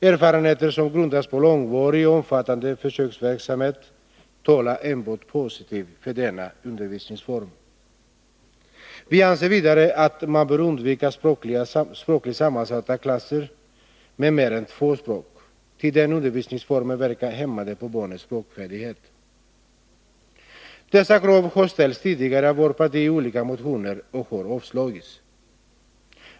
Erfaren heter som grundats på långvarig och omfattande försöksverksamhet talar enbart för denna undervisningsform. Vi anser vidare att man bör undvika språkligt sammansatta klasser med mer än två språk, ty den undervisningsformen verkar hämmande på barnens språkfärdighet. Dessa krav har ställts tidigare av vårt parti i olika motioner och har avslagits.